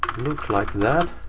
looks like that.